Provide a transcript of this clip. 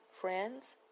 friends